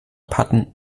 patten